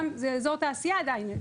זה אזור תעשייה עדיין,